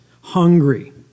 hungry